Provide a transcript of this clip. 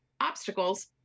obstacles